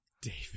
David